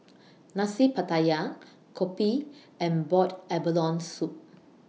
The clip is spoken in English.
Nasi Pattaya Kopi and boiled abalone Soup